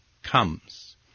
comes